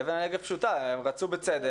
אבן הנגף פשוטה, הם רצו בצדק